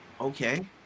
Okay